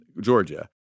Georgia –